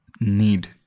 need